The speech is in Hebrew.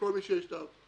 לכל מי שיש לו תו.